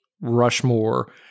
Rushmore –